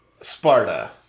Sparta